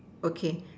okay